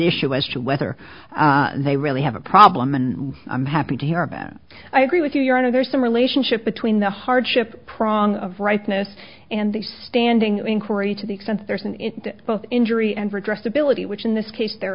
issue as to whether they really have a problem and i'm happy to hear about i agree with you your honor there's some relationship between the hardship prong of rightness and the standing inquiry to the extent there is an injury and redress ability which in this case there